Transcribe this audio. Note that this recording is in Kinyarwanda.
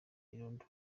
irondo